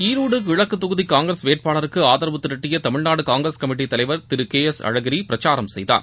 ஈரோடு கிழக்கு தொகுதி காய்கிரஸ் வேட்பாளருக்கு ஆதரவு திரட்டிய தமிழ்நாடு காய்கிரஸ் கமிட்டித்தலைவர் திரு கே எஸ் அழகிரி பிரசாரம் செய்தார்